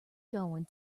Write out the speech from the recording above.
going